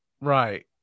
Right